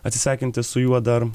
atsisveikinti su juo dar